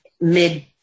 mid